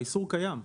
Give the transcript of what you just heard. האיסור קיים.